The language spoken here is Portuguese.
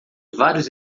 vários